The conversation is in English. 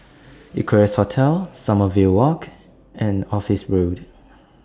Equarius Hotel Sommerville Walk and Office Road